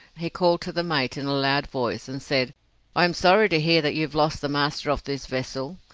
he called to the mate in a loud voice, and said i am sorry to hear that you have lost the master of this vessel.